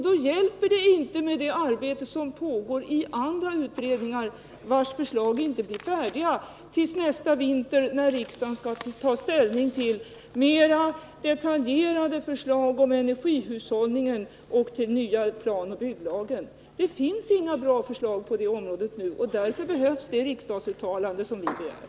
Då hjälper det inte med det arbete som pågår i andra utredningar, vilkas förslag inte blir färdiga till nästa vinter, när riksdagen skall ta ställning till mera detaljerade förslag om energihushållning och till den nya planoch bygglagen. Det finns inga bra förslag på det området nu, och därför behövs det riksdagsuttalande som vi begär,